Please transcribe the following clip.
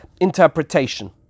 interpretation